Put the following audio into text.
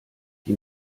die